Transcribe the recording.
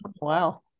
wow